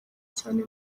cyane